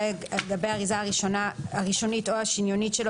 גבי האריזה הראשונית או האריזה השניונית שלו,